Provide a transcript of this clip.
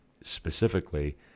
specifically